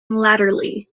latterly